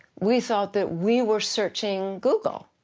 we thought that we were searching google.